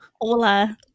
hola